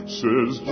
says